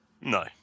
No